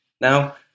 Now